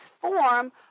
form